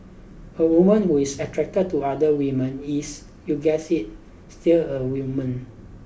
a woman who is attracted to other women is you guessed it still a woman